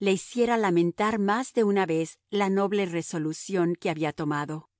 le hiciera lamentar más de una vez la noble resolución que había tomado